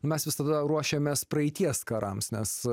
mes visada ruošiamės praeities karams nes